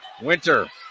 Winter